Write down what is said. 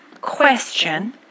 question